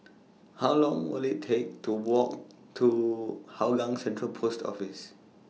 How Long Will IT Take to Walk to Hougang Central Post Office